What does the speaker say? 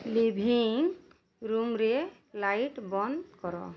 living ରୁମରେ light ବନ୍ଦ କର